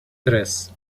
tres